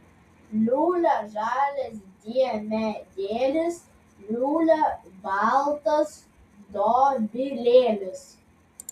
liūlia žalias diemedėlis liūlia baltas dobilėlis